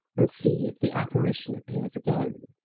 and see if the apparition appears again.